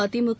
AIADMK